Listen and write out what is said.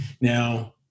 Now